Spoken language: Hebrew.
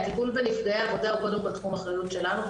הטיפול בנפגעי עבודה הוא קודם כל תחום אחריות שלנו,